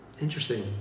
Interesting